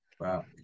Wow